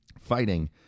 fighting